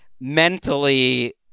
mentally